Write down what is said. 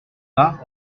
bas